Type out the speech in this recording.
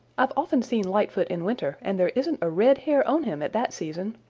i've often seen lightfoot in winter, and there isn't a red hair on him at that season.